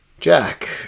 Jack